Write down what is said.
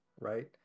right